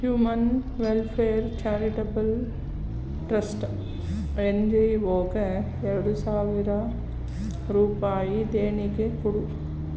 human welfare charitable trust N G ಒಗೆ ಎರಡು ಸಾವಿರ ರೂಪಾಯಿ ದೇಣಿಗೆ ಕೊಡು